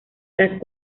las